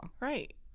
Right